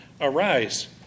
arise